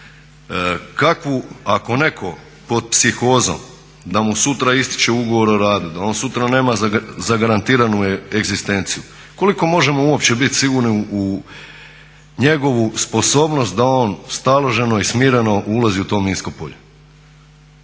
Ako netko pod psihozom da mu sutra ističe ugovor o radu, da on sutra nema zagarantiranu egzistenciju, koliko uopće možemo biti sigurni u njegovu sposobnost da on staloženo i smireno ulazi u to minsko polje?